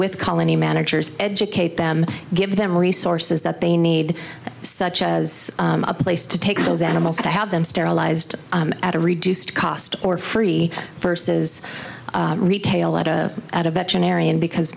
with colony managers educate them give them resources that they need such as a place to take those animals to have them sterilized at a reduced cost or free verses retail at a at a veterinarian because